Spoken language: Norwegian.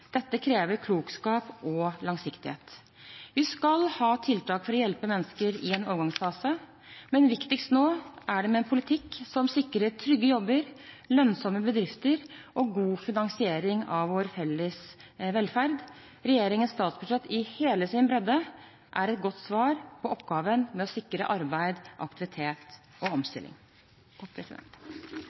Dette krever klokskap og langsiktighet. Vi skal ha tiltak for å hjelpe mennesker i en overgangsfase, men viktigst nå er det med en politikk som sikrer trygge jobber, lønnsomme bedrifter og god finansiering av vår felles velferd. Regjeringens statsbudsjett i hele sin bredde er et godt svar på oppgaven med å sikre arbeid, aktivitet og omstilling.